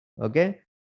okay